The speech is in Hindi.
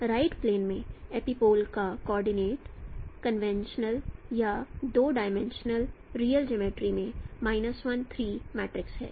तो राइट प्लेन में एपिपोल का कॉर्डिनेट कन्वेंशनल या दो डाईमेंशनल रियल ज्योमेट्री में 1 3 है